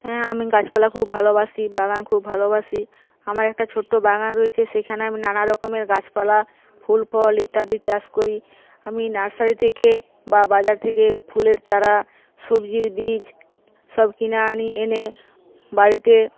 হ্যাঁ আমি গাছপালা খুব ভালোবাসি বাগান খুব ভালোবাসি আমার একটা ছোট্ট বাগান রয়েছে সেইখানে আমি নানা রকমের গাছপালা ফুল ফল ইত্যাদি চাষ করি আমি নার্সারি থেকে বা বাজার থেকে ফুলের চারা সবজির বীজ সব কিনে আনি এনে বাড়িতে